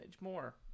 more